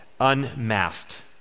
Unmasked